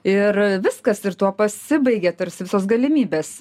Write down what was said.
ir viskas ir tuo pasibaigė tarsi visos galimybės